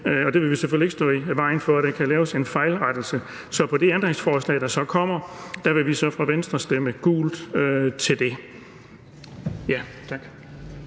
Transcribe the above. og at vi selvfølgelig ikke vil stå i vejen for, at der kan laves en fejlrettelse. Så det ændringsforslag, der kommer, vil vi fra Venstres side stemme gult til.